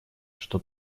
что